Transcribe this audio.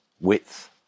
width